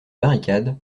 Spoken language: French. barricade